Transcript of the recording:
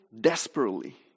desperately